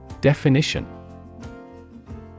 Definition